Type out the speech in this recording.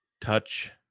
touch